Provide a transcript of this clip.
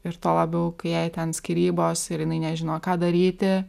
ir tuo labiau jei ten skyrybos ir jinai nežino ką daryti